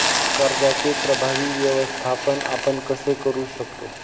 कर्जाचे प्रभावी व्यवस्थापन आपण कसे करु शकतो?